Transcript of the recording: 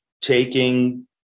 taking